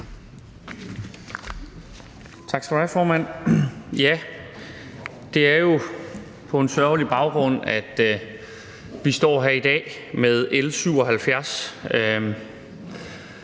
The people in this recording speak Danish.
Tak skal du have, formand. Det er jo på en sørgelig baggrund, at vi står her i dag med L 77: